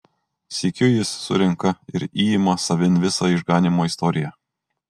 sykiu jis surenka ir įima savin visą išganymo istoriją